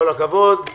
כל הכבוד.